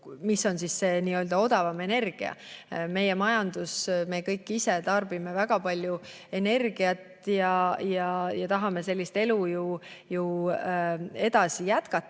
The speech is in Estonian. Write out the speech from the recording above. mis on siis see n-ö odavam energia. Meie majandus, me kõik ise tarbime väga palju energiat ja tahame sellist elu ju edasi elada.